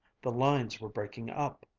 the lines were breaking up.